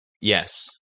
yes